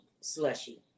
slushy